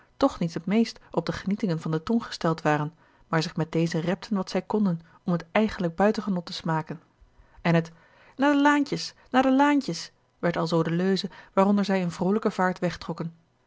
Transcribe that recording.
toch niet het meest op de genietingen van de tong gesteld waren maar zich met deze repten wat zij konden om het eigenlijk buitengenot te smaken en het naar de laantjes naar de laantjes werd alzoo de leuze waaronder zij in vroolijke vaart wegtrokken